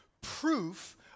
Proof